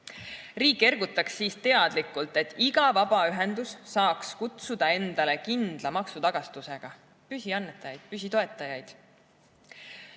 Riik ergutaks siis teadlikult, et iga vabaühendus saaks kutsuda endale kindla maksutagastusega püsiannetajaid, püsitoetajaid.